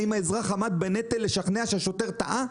האם האזרח עמד בנטל לשכנע שהשוטר טעה?